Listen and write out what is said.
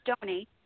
donate